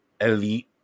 elite